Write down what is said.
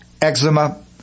eczema